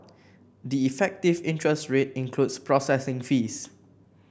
the effective interest rate includes processing fees